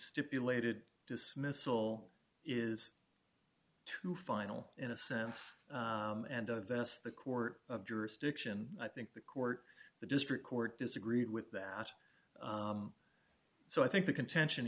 stipulated dismissal is two final in a sense and divest the court of jurisdiction i think the court the district court disagreed with that so i think the contention